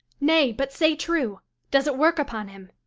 nay, but say true does it work upon him?